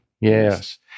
Yes